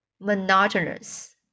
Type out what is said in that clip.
monotonous